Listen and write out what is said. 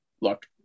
look